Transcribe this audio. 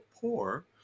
poor